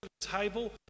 table